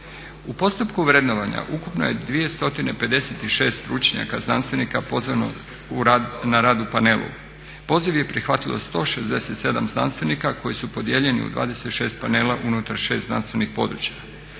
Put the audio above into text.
U postupku vrednovanja ukupno je 256 stručnjaka, znanstvenika pozvano na rad u panelu. Poziv je prihvatilo 167 znanstvenika koji su podijeljeni u 26 panela unutar 6 znanstvenih područja.